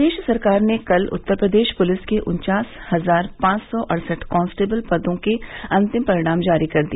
प्रदेश सरकार ने कल उत्तर प्रदेश पूलिस के उन्चास हजार पांच सौ अड़सठ कांस्टेबिल के पदों का अंतिम परिणाम जारी कर दिया